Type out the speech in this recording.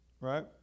Right